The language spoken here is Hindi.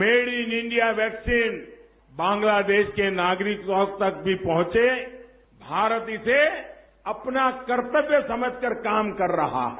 made in India vaccine Bangladesh के नागरिकों तक भी पहुंचे भारत इसे अपना कर्तव्य समझकर काम कर रहा है